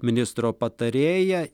ministro patarėja